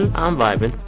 and um vibing.